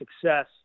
success